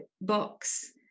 box